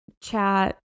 Chat